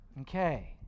okay